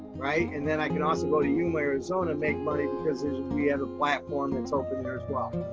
right? and then i can also go to yuma, arizona to make money because we have a platform that's open there as well.